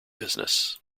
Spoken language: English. business